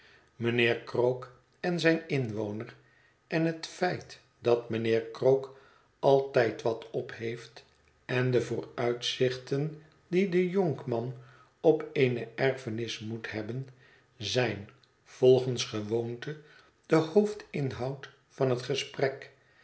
mijnheer k rook en zijn inwoner en het feit dat mijnheer krook altijd wat op heeft en de vooruitzichten die de jonkman op eene erfenis moet hebben zijn volgens gewoonte de hoofdinhoud van het gesprek